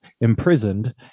imprisoned